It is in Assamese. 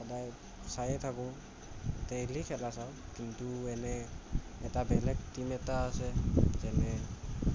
সদায় চাইয়ে থাকোঁ ডেইলি খেলা চাওঁ কিন্তু এনে এটা বেলেগ টীম এটা আছে যেনে